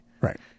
Right